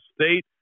State